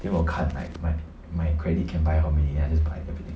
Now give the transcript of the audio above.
then 我看 like my my credit can buy for me and then I just buy everything